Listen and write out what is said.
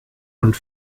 und